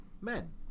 men